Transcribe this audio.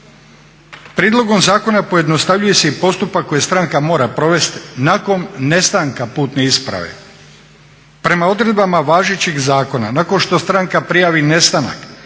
Prijedlogom zakona pojednostavljuje se i postupak koji stranka mora provest nakon nestanka putne isprave. Prema odredbama važećeg zakona nakon što stranka prijavi nestanak